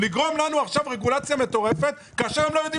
לגרום לנו עכשיו רגולציה מטורפת כאשר הם לא יודעים